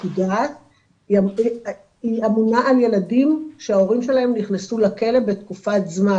היא אמונה על ילדים שההורים שלהם נכנסו לכלא בתקופת זמן.